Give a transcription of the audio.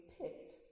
picked